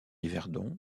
yverdon